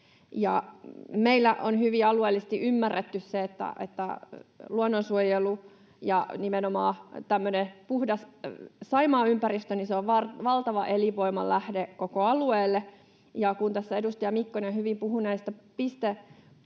meillä on alueellisesti hyvin ymmärretty se, että luonnonsuojelu ja nimenomaan tämmöinen puhdas Saimaan ympäristö ovat valtava elinvoiman lähde koko alueelle. Tässä edustaja Mikkonen hyvin puhui näistä pistemäisistä